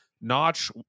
notch